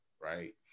Right